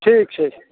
ठीक छै